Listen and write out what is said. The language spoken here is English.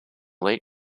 late